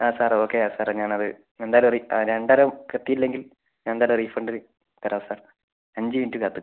ആ sir okay sir ഞാൻ അത് എന്തായാലും ആ ഞാൻ എന്തായാലും എത്തിയില്ലെങ്കിൽ ഞാൻ എന്തായാലും റീഫണ്ട് തരാം സാർ അഞ്ച് മിനിറ്റ് കാത്ത് നിൽക്കുക